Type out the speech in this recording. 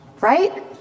right